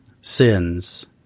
sins